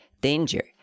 danger